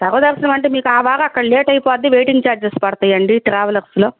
సర్వ దర్శనం అంటే మీకు ఆ బగా అక్కడ లేట్ అయిపోద్ది వెయిటింగ్ ఛార్జస్ పడతాయండి ట్రావెలర్స్లో